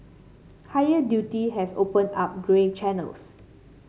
higher duty has opened up grey channels